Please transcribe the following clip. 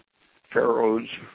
pharaohs